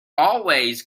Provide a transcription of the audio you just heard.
always